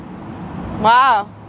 Wow